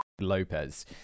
Lopez